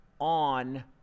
on